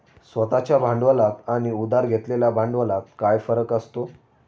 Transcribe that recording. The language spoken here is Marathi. स्वतः च्या भांडवलात आणि उधार घेतलेल्या भांडवलात काय फरक असतो?